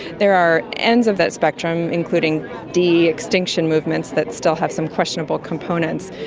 there are ends of that spectrum, including de-extinction movements that still have some questionable components.